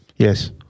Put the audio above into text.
Yes